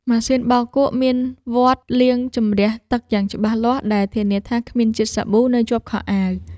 ម៉ាស៊ីនបោកគក់មានវដ្តលាងជម្រះទឹកយ៉ាងច្បាស់លាស់ដែលធានាថាគ្មានជាតិសាប៊ូនៅជាប់ខោអាវ។